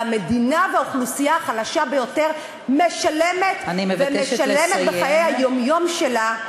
והמדינה והאוכלוסייה החלשה ביותר משלמת ומשלמת בחיי היום-יום שלה,